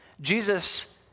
Jesus